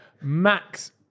Max